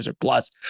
plus